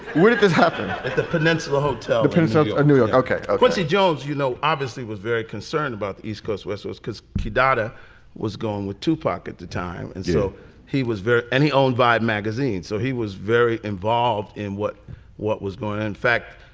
where did this happen? at the peninsula hotel. prince ah of new york. okay quincy jones, you know, obviously was very concerned about the east coast. wessells because keydata was going with tupac at the time and so he was very. any old vibe magazine. so he was very involved in what what was going on. in fact,